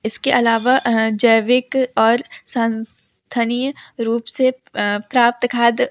इसके अलावा जैविक और संस्थनीय रूप से प्राप्त खाद